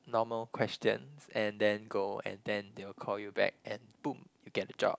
normal questions and then go and then they will call you back boom and you get the job